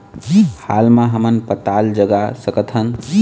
हाल मा हमन पताल जगा सकतहन?